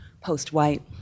Post-White